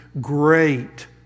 great